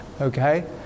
Okay